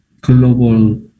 global